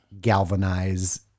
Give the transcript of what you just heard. galvanize